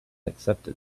accepted